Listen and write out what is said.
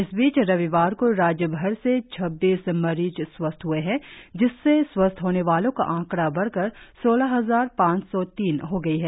इसबीच रविवार को राज्यभर से छब्बीस मरीज स्वस्थ हुए है जिससे स्वस्थ होने वालों का आंकड़ा बढ़कर सौलह हजार पांच सौ तीन हो गई है